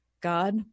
God